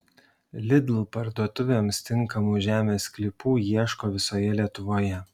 lidl parduotuvėms tinkamų žemės sklypų ieško visoje lietuvoje